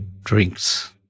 drinks